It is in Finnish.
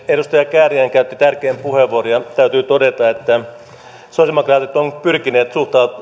edustaja kääriäinen käytti tärkeän puheenvuoron ja täytyy todeta että sosialidemokraatit ovat pyrkineet